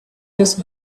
just